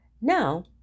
Now